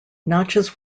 notches